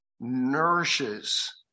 nourishes